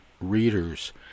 readers